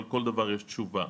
אבל על כל דבר יש תשובה.